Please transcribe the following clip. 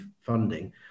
funding